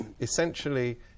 essentially